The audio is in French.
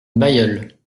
bailleul